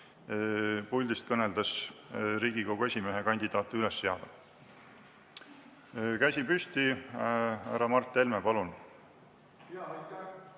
puldist kõneldes Riigikogu esimehe kandidaati üles seada. Käsi püsti, härra Mart Helme, palun!